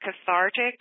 cathartic